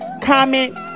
comment